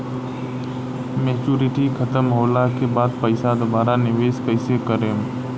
Maturity खतम होला के बाद पईसा दोबारा निवेश कइसे करेम?